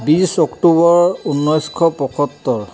বিছ অক্টোবৰ ঊনৈছশ পঁয়সত্তৰ